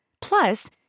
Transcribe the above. Plus